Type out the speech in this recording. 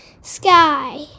sky